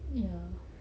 ya